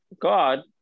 God